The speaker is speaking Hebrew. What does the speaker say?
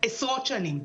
עשרות שנים.